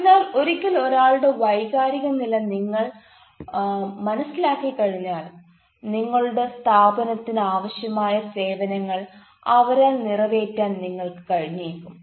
അതിനാൽ ഒരിക്കൽ ഒരാളുടെ വൈകാരിക നില നിങ്ങൾ മനസ്സിലാക്കിക്കഴിഞ്ഞാൽ നിങ്ങളുടെ സ്ഥാപനത്തിന് ആവശ്യമായ സേവനങ്ങൾ അവരാൽ നിറവേറ്റാൻ നിങ്ങൾക്ക് കഴിഞ്ഞേക്കും